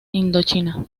indochina